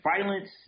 violence